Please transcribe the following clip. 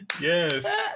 Yes